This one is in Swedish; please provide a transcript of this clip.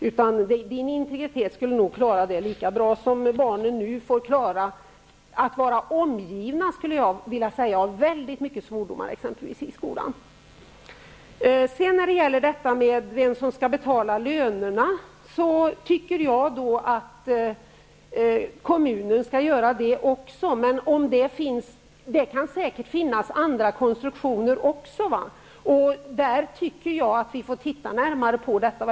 Ens integritet skulle säkert klara det lika bra som barnen nu får klara av att vara omgivna av väldigt mycket svordomar exempelvis i skolan. I fråga om vem som skall betala lönerna vill jag säga att jag tycker att kommunen skall göra det. Men det kan säkert finnas även andra konstruktioner. Vi får se närmare på det.